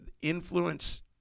influence